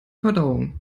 verdauung